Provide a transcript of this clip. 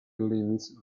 limits